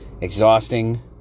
exhausting